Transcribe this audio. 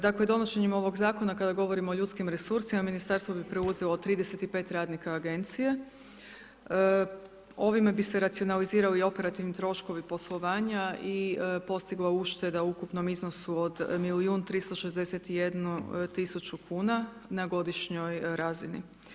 Dakle, donošenjem ovog Zakona kada govorimo o ljudskim resursima, Ministarstvo bi preuzelo 35 radnika Agencije, ovime bi se racionalizirali i operativni troškovi poslovanja i postigla ušteda u ukupnom iznosu od 1.361.000,00 kn na godišnjoj razini.